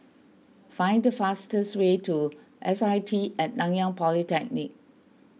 find the fastest way to S I T at Nanyang Polytechnic